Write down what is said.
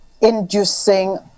inducing